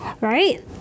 right